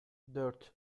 dört